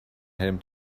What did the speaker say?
helm